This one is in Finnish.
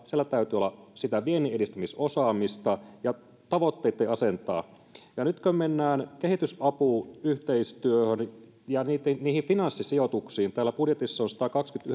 siellä täytyy olla sitä vienninedistämisosaamista ja tavoitteitten asentaa ja nyt mennään kehitysapuyhteistyöhön ja niihin finanssisijoituksiin kun täällä budjetissa on satakaksikymmentäyhdeksän